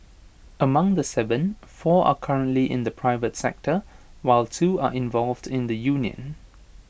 among the Seven four are currently in the private sector while two are involved in the union